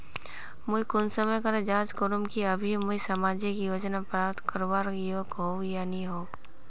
मुई कुंसम करे जाँच करूम की अभी मुई सामाजिक योजना प्राप्त करवार योग्य होई या नी होई?